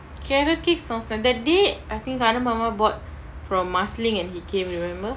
carrot cake sounds nice that day I think நானு:naanu mama bought from marsiling and he came remember